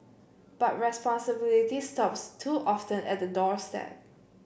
but responsibility stops too often at the doorstep